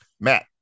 Matt